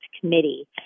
Committee